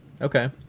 Okay